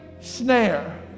snare